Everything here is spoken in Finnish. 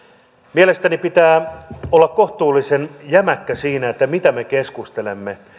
mielestäni pitää olla kohtuullisen jämäkkä siinä mitä me keskustelemme